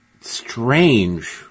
strange